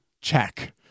check